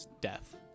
death